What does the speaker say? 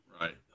Right